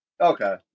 Okay